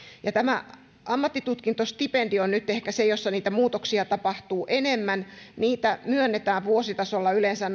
ja tämä ammattitutkintostipendi on nyt ehkä se jossa niitä muutoksia tapahtuu enemmän niitä myönnetään vuositasolla yleensä